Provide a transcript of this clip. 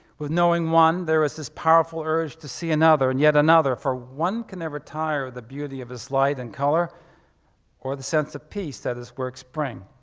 with knowing one, there is this powerful urge to see another and yet another for one can never tire of the beauty of his light and color or the sense of peace that his works bring.